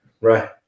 Right